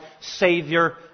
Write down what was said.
Savior